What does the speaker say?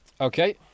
Okay